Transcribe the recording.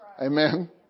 Amen